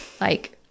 like-